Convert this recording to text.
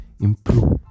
Improve